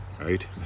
right